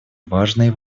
важные